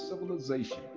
civilization